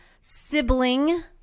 sibling